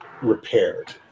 repaired